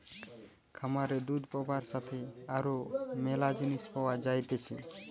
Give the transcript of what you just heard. খামারে দুধ পাবার সাথে আরো ম্যালা জিনিস পাওয়া যাইতেছে